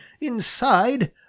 inside